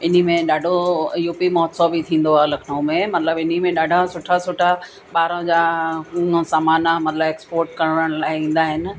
इन्ही में ॾाढो यूपी महोत्सव बि थींदो आहे लखनऊ में मतिलबु इन्ही में ॾाढा सुठा सुठा ॿाहिरियां जा उनो समाना मतिलबु एक्सपोर्ट करण लाइ ईंदा आहिनि